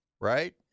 right